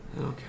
Okay